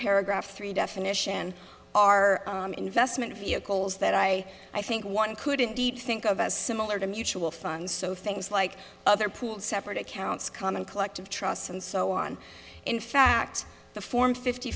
paragraph three definition are investment vehicles that i i think one could indeed think of as similar to mutual funds so things like other pool separate accounts common collective trusts and so on in fact the form fifty